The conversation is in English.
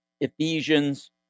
Ephesians